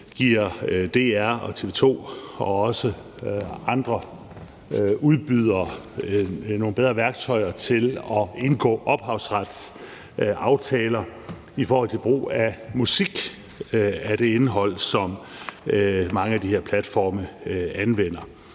giver DR og TV2 også andre udbydere bedre værktøjer til at indgå ophavsretsaftaler i forhold til brug af musik, som er et indhold, som mange af de her platforme anvender.